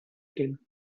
can